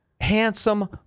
handsome